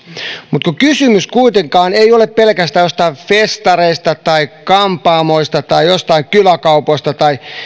mutta kun kysymys kuitenkaan ei ole pelkästään jostain festareista tai kampaamoista tai jostain kyläkaupoista tai